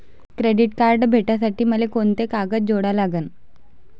Credit card भेटासाठी मले कोंते कागद जोडा लागन?